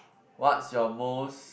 what's your most